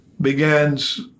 begins